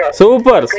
super